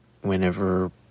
whenever